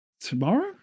Tomorrow